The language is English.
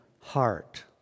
heart